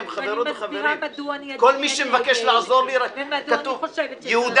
ואני מסבירה מדוע אני אצביע נגד ומדוע אני חושבת שצריך להצביע נגד.